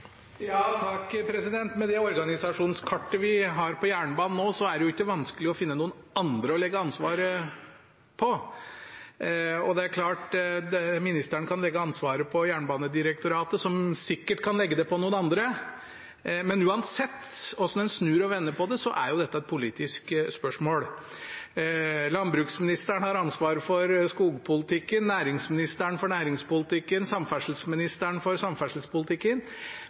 Med det organisasjonskartet vi har på jernbanen nå, er det ikke vanskelig å finne noen andre å legge ansvaret på. Ministeren kan legge ansvaret på Jernbanedirektoratet, som sikkert kan legge det på noen andre, men uansett hvordan en snur og vender på det, er dette et politisk spørsmål. Landbruksministeren har ansvaret for skogpolitikken, næringsministeren for næringspolitikken, samferdselsministeren for samferdselspolitikken.